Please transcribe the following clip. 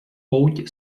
pouť